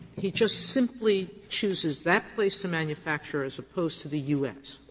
he just simply chooses that place to manufacture as opposed to the u s.